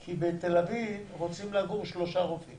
כי בתל אביב רוצים לגור שלושה רופאים